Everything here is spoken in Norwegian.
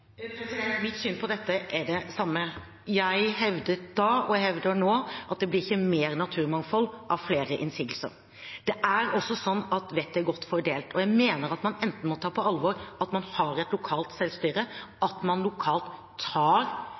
Mitt syn på dette er det samme. Jeg hevdet da – og jeg hevder nå – at det ikke blir mer naturmangfold av flere innsigelser. Det er også slik at vettet er godt fordelt. Jeg mener at man enten må ta på alvor at man har et lokalt selvstyre, at man lokalt tar